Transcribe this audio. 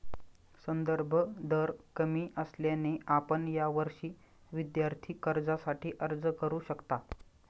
संदर्भ दर कमी असल्याने आपण यावर्षी विद्यार्थी कर्जासाठी अर्ज करू शकता